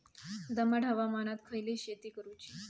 दमट हवामानात खयली शेती करूची?